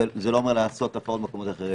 לא אומר לעשות הפרות במקומות אחרים.